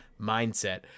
mindset